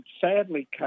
sadly